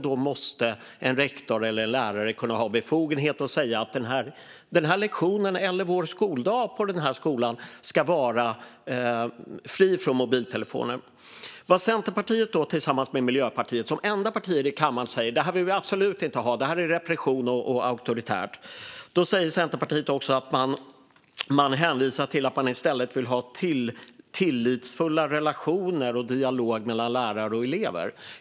Då måste rektor eller lärare ha befogenhet att säga: Den här lektionen eller vår skoldag på den här skolan ska vara fri från mobiltelefoner. Vad Centerpartiet tillsammans med Miljöpartiet, som enda partier i kammaren, säger är: Det här vill vi absolut inte ha. Det är repression och auktoritärt. Centerpartiet hänvisar också till att det i stället ska vara tillitsfulla relationer och dialog mellan lärare och elever.